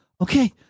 okay